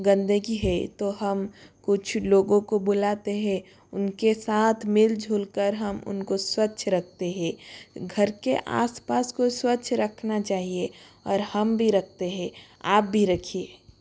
गंदगी है तो हम कुछ लोगों को बुलाते हैं उनके साथ मिलजुल कर हम उनको स्वच्छ रखते हैं घर के आसपास को स्वच्छ रखना चाहिए और हम भी रखते हें आप भी रखिए